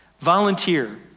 Volunteer